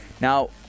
Now